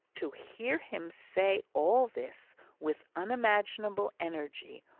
to hear him say all this with unimaginable energy,